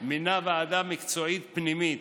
מינה ועדה מקצועית פנימית